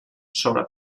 sobre